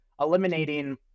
eliminating